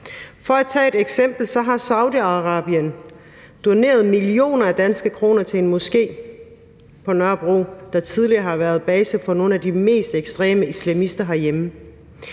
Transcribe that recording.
For at tage et eksempel har Saudi-Arabien doneret millioner af danske kroner til en moské på Nørrebro, der tidligere har været base for nogle af de mest ekstreme islamister herhjemme.